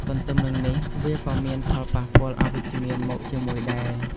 ទទ្ទឹមនឹងនេះ វាក៏មានផលប៉ះពាល់អវិជ្ជមាន មកជាមួយដែរ។